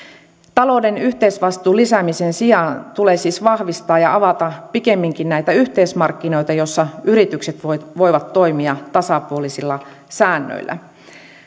talouden yhteisvastuun lisäämisen sijaan tulee siis vahvistaa ja avata pikemminkin näitä yhteismarkkinoita joissa yritykset voivat voivat toimia tasapuolisilla säännöillä